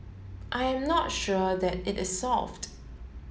I am not sure that it is solved